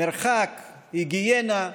מרחק, היגיינה,